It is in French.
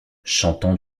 chantant